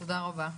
תודה רבה.